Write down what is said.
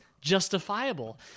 justifiable